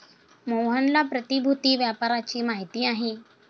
मोहनला प्रतिभूति व्यापाराची माहिती आहे